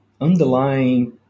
underlying